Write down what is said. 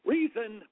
Reason